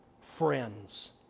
friends